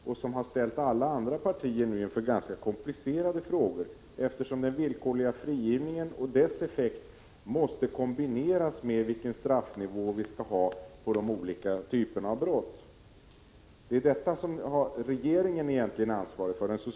Detta har nu ställt alla andra partier inför ganska komplicerade frågor, eftersom den villkorliga frigivningen och dess effekt måste kombineras med ställningstagande till vilken straffnivå vi skall ha för olika typer av brott. Detta är den socialdemokratiska regeringen ansvarig för — inte vi.